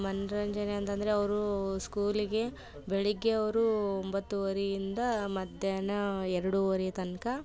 ಮನರಂಜನೆ ಅಂತಂದರೆ ಅವ್ರು ಸ್ಕೂಲಿಗೆ ಬೆಳಿಗ್ಗೆ ಅವ್ರು ಒಂಬತ್ತೂವರೆಯಿಂದ ಮಧ್ಯಾಹ್ನ ಎರಡೂವರೆ ತನಕ